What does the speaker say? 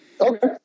Okay